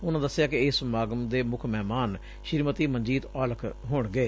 ਉਨੂਾਂ ਦੱਸਿਆ ਕਿ ਇਸ ਸਮਾਗਮ ਦੇ ਮੁੱਖ ਮਹਿਮਾਨ ਸ੍ਰੀਮਤੀ ਮਨਜੀਤ ਔਲਖ ਹੋਣਗੇ